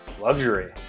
Luxury